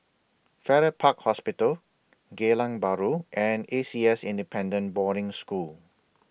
Farrer Park Hospital Geylang Bahru and A C S Independent Boarding School